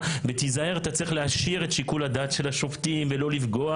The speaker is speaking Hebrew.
ו'תיזהר אתה צריך להשאיר את שיקול הדעת של השופטים ולא לפגוע